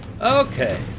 Okay